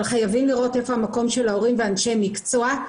אבל חייבים לראות את המקום של ההורים ואנשי המקצוע.